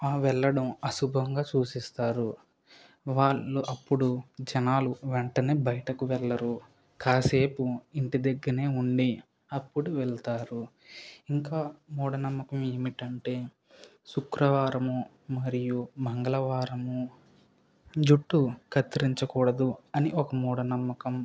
ఆ వెళ్ళడం అశుభముగా సూచిస్తారు వాళ్ళు అప్పుడు జనాలు వెంటనే బయటికి వెళ్ళరు కాసేపు ఇంటి దగ్గరే ఉండి అప్పుడు వెళతారు ఇంకా మూఢ నమ్మకం ఏమిటంటే శుక్రవారం మరియు మంగళవారం జుట్టు కత్తిరించ కూడదు అని ఒక మూఢ నమ్మకం